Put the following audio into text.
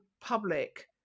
public